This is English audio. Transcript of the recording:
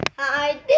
Hi